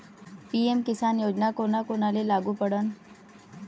PM Kisan योजना कोना कोनाले लागू पडन?